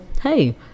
hey